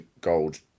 gold